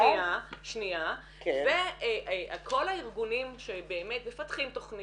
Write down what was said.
די עייפנו מאיזושהי התעלמות או מבוכה של המערכת,